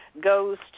goes